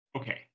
Okay